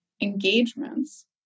engagements